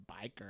biker